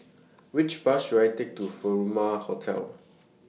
Which Bus should I Take to Furama Hotel